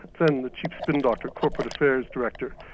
then the chief spin doctor, corporate affairs director,